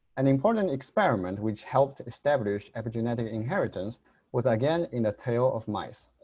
an important experiment which helped establish epigenetic inheritance was again in the tail of mice.